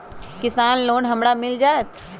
किसान लोन हमरा मिल जायत?